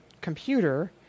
computer